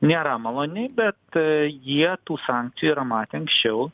nėra maloni bet jie tų sankcijų yra matę anksčiau